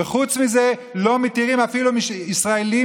וחוץ מזה לא מתירים אפילו לישראלים